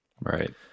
Right